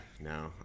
No